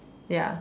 ya